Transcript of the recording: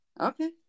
Okay